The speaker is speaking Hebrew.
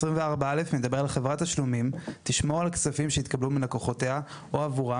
24(א) מדבר על "חברת תשלומים תשמור על כספים שהתקבלו מלקוחותיה או עבורם